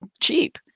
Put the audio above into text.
cheap